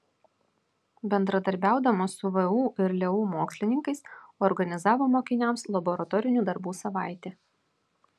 bendradarbiaudama su vu ir leu mokslininkais organizavo mokiniams laboratorinių darbų savaitę